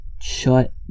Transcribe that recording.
Shut